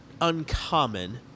uncommon